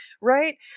right